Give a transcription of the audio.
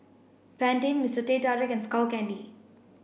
Pantene Mister Teh Tarik and Skull Candy